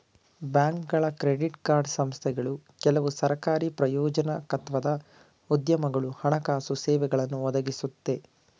ಬ್ಯಾಂಕ್ಗಳು credit card ಸಂಸ್ಥೆಗಳು ಕೆಲವು ಸರಕಾರಿ ಪ್ರಾಯೋಜಕತ್ವದ ಉದ್ಯಮಗಳು ಹಣಕಾಸು ಸೇವೆಗಳನ್ನು ಒದಗಿಸುತ್ತೆ